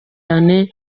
cyane